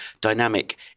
dynamic